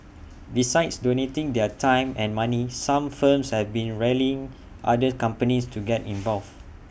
besides donating their time and money some firms have been rallying other companies to get involved